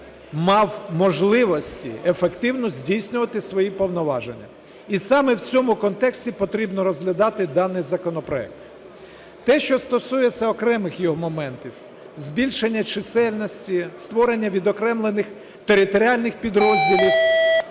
мав можливості ефективно здійснювати свої повноваження. І саме в цьому контексті потрібно розглядати даний законопроект. Те, що стосується окремих його моментів: збільшення чисельності, створення відокремлених територіальних підрозділів